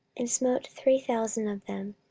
and smote three thousand of them,